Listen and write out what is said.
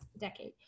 decade